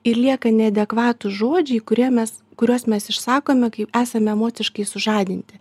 ir lieka neadekvatūs žodžiai kurie mes kuriuos mes išsakome kai esame emociškai sužadinti